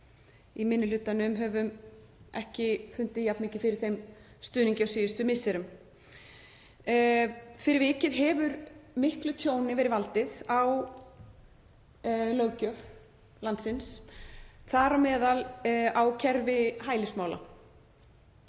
í minni hlutanum höfum ekki fundið jafn mikið fyrir þeim stuðningi á síðustu misserum. Fyrir vikið hefur miklu tjóni verið valdið á löggjöf landsins, þar á meðal á kerfi hælismála.